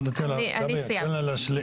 אני סיימתי.